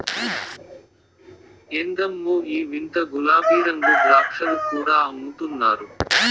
ఎందమ్మో ఈ వింత గులాబీరంగు ద్రాక్షలు కూడా అమ్ముతున్నారు